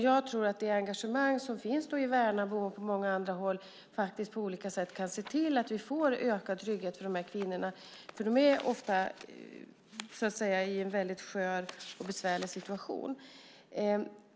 Jag tror att det engagemang som finns i Värnamo och på många andra håll faktiskt kan se till att vi får ökad trygghet för de här kvinnorna. De är ofta i en väldigt skör och besvärlig situation.